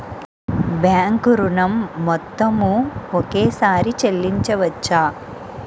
Bank ఋణం మొత్తము ఒకేసారి చెల్లించవచ్చా?